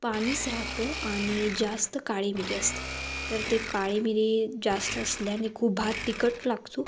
पाणीच राहतं आणि जास्त काळीमिरी असतात तर ते काळीमिरी जास्त असल्याने खूप भात तिखट लागतो